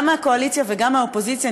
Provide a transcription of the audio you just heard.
גם מהקואליציה וגם מהאופוזיציה,